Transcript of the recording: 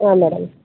ಹಾಂ ಮೇಡಮ್